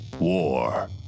war